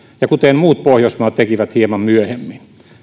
ja kuten muut pohjoismaat tekivät hieman myöhemmin